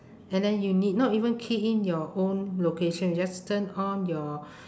and then you need not even key in your own location just turn on your